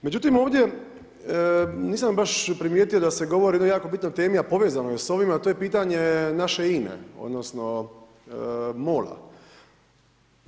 Međutim ovdje nisam baš primijetio da se govori o jednoj jako bitnoj temi, a povezano je s ovim, a to je pitanje naše INA-e odnosno MOL-a.